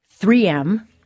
3M